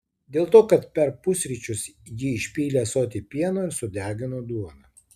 dėl to kad per pusryčius ji išpylė ąsotį pieno ir sudegino duoną